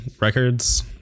records